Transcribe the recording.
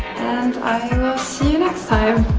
and i will see you next time.